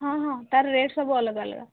ହଁ ହଁ ତାର ରେଟ୍ ସବୁ ଅଲଗା ଅଲଗା